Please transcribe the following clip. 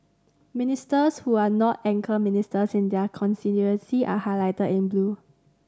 ministers who are not anchor ministers in their constituency are highlighted in blue